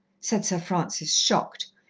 said sir francis, shocked,